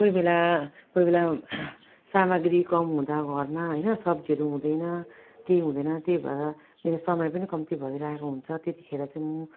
कोही बेला कोही बेला सामग्री कम हुँदा घरमा होइन सब्जीहरू हुँदैन केही हुँदैन त्यही भएर के अरे समय पनि कम्ती भइरहेको हुन्छ त्यतिखेर चाहिँ म